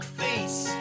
face